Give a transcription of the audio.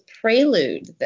Prelude